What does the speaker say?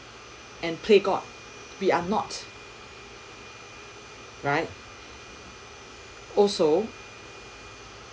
and play god we are not right also